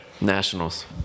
Nationals